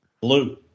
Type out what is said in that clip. Blue